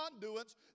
conduits